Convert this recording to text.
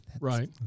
right